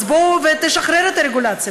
אז בוא ותשחרר את הרגולציה.